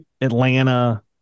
Atlanta